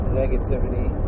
negativity